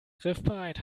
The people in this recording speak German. griffbereit